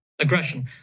aggression